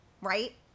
right